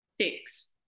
six